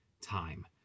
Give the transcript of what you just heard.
time